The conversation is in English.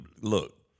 Look